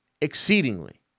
exceedingly